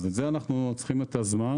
לכן אנחנו צריכים את הזמן.